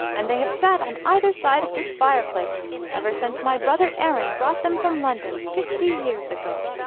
and they have sat on either side of this fireplace ever since my brother aaron brought them from london fifty years ago.